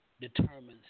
determines